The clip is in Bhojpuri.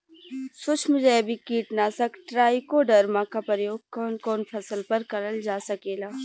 सुक्ष्म जैविक कीट नाशक ट्राइकोडर्मा क प्रयोग कवन कवन फसल पर करल जा सकेला?